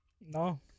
No